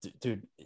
Dude